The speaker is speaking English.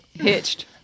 hitched